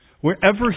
wherever